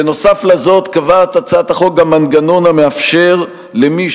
בנוסף לזאת קובעת הצעת החוק גם מנגנון המאפשר למי